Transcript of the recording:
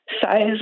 size